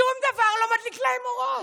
שום דבר לא מדליק להם אורות.